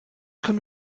können